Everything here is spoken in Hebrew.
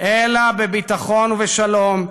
אלא בביטחון ובשלום,